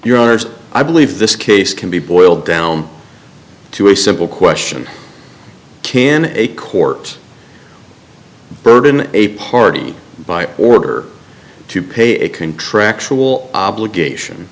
yours i believe this case can be boiled down to a simple question can a court burden a party by order to pay a contractual obligation